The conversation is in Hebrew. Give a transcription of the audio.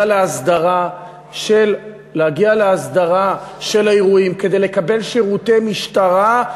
להסדרה של האירועים כדי לקבל שירותי משטרה,